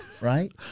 right